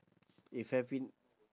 if happi~